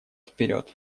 вперед